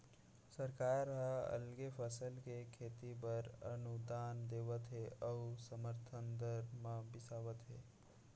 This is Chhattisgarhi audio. सरकार ह अलगे फसल के खेती बर अनुदान देवत हे अउ समरथन दर म बिसावत हे